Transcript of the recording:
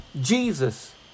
Jesus